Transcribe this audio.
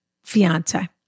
fiance